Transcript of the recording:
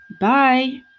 Bye